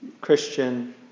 Christian